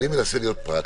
אני מנסה להיות פרקטי.